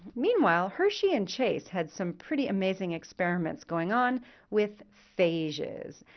meanwhile, hershey and chase had some pretty amazing experiments going on with phages.